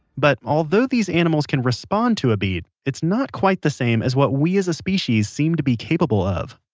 but although these animals can respond to a beat, it's not quite the same as what we as a species seem to be capable of